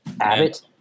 Abbott